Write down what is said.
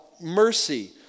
Mercy